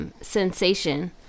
sensation